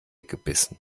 gebissen